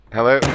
Hello